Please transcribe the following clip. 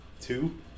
Two